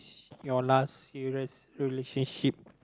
your last serious relationship